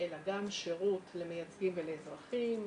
אלא גם שירות למייצגים ולאזרחים,